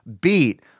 beat